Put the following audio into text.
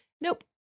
Nope